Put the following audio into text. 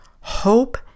Hope